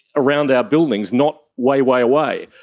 around our buildings, not way, way away.